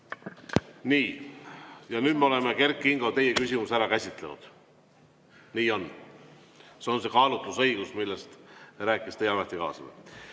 Nii, nüüd me oleme, Kert Kingo, teie küsimuse ära käsitlenud. Nii on. See on see kaalutlusõigus, millest rääkis teie ametikaaslane.